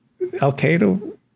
al-qaeda